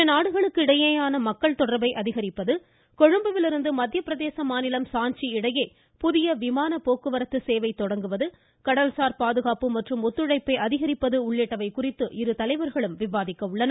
இருநாடுகளுக்கு இடையேயான மக்கள் தொடர்பை அதிகரிப்பது கொழும்புவிலிருந்து மத்தியப்பிரதேச மாநிலம் சாஞ்சி இடையே புதிய விமான போக்குவரத்து சேவை தொடங்குவது கடல்சார் பாதுகாப்பு மற்றும் ஒத்துழைப்பை அதிகரிப்பது உள்ளிட்டவை குறித்து இருதலைவர்களும் இதில் விவாதிக்க உள்ளனர்